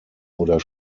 oder